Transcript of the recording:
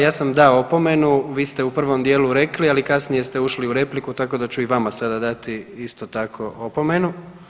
Ja sam dao opomenu, vi ste u prvom dijelu rekli, ali kasnije ste ušli u repliku, tako da ću i vama sada dati isto tako opomenu.